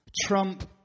trump